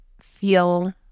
feel